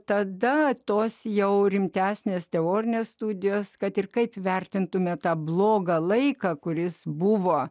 tada tos jau rimtesnės teorinės studijos kad ir kaip vertintumėme tą blogą laiką kuris buvo